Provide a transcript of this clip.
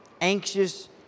anxious